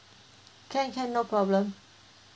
can can no problem